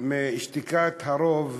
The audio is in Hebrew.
משתיקת הרוב,